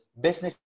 Business